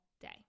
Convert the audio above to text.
day